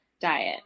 diet